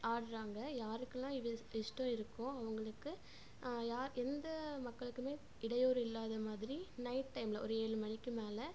ஆடுறாங்க யாருக்குலாம் இவி இஷ்டம் இருக்கோ அவங்களுக்கு யார் எந்த மக்களுக்கும் இடையூறு இல்லாத மாதிரி நைட் டைமில் ஒரு ஏழு மணிக்கு மேலே